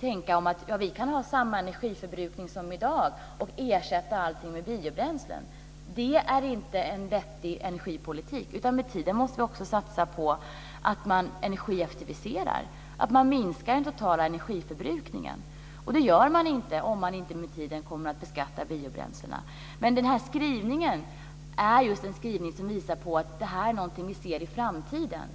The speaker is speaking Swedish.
tänka att vi kan ha samma energiförbrukning som i dag och ersätta allting med biobränslen. Det är inte en vettig energipolitik. Med tiden måste vi också satsa på att man energieffektiviserar, att man minskar den totala energiförbrukningen. Det gör man inte om man inte med tiden kommer att beskatta biobränslena. Den här skrivningen är just en skrivning som visar på att det här är någonting som vi ser i framtiden.